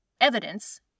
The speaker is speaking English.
evidence